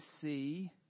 see